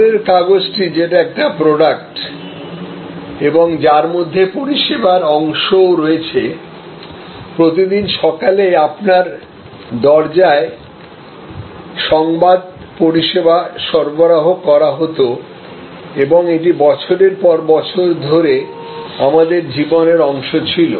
খবরের কাগজটি যেটা একটি প্রোডাক্ট এবং যার মধ্যে পরিষেবার অংশও আছে প্রতিদিন সকালে আপনার দরজায় সংবাদ পরিষেবা সরবরাহ করা হত এবং এটি বছরের পর বছর ধরে আমাদের জীবনের অংশ ছিল